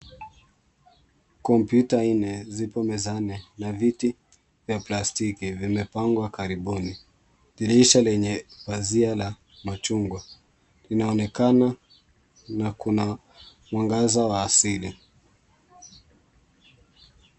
Kompyuta nne, zipo meza nne na viti vya plastiki vimepangwa karibuni. Dirisha lenye pazia la machungwa, linaonekana na kuna mwangaza wa asili.